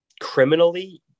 criminally